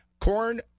corn